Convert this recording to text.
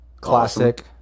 Classic